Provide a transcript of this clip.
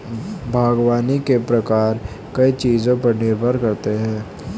बागवानी के प्रकार कई चीजों पर निर्भर करते है